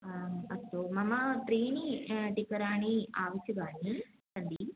आम् अस्तु मम त्रीणि टिकराणि आवश्यकानि सन्ति